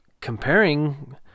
comparing